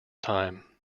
time